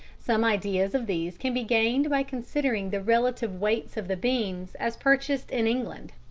some idea of these can be gained by considering the relative weights of the beans as purchased in england.